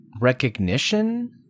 recognition